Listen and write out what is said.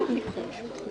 ההתנהלות שלכם.